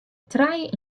trije